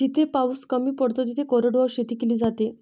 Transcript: जिथे पाऊस कमी पडतो तिथे कोरडवाहू शेती केली जाते